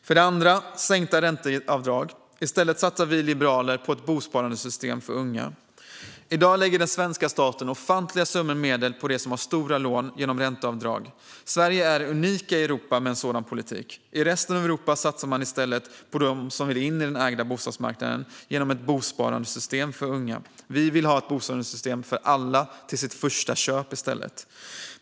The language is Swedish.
För det andra: sänkta ränteavdrag. I stället satsar vi liberaler på ett bosparandesystem för unga. I dag lägger den svenska staten genom ränteavdrag ofantliga summor på dem som har stora lån. Sverige är unikt i Europa med en sådan politik. I resten av Europa satsar man i stället på dem som vill in på marknaden för ägda bostäder, genom ett bosparandesystem för unga. Vi vill ha ett bosparandesystem för alla för det första köpet.